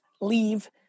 leave